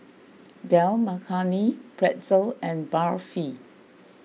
Dal Makhani Pretzel and Barfi